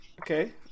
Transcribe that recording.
Okay